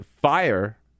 fire